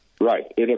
Right